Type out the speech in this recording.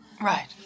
Right